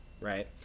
right